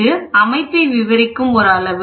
இது அமைப்பை விவரிக்கும் ஒரு அளவு